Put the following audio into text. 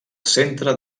centre